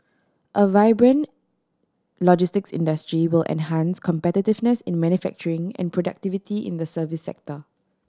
a vibrant logistics industry will enhance competitiveness in manufacturing and productivity in the service sector